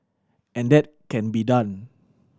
and that can be done